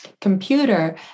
Computer